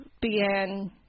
began